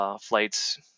flights